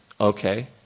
okay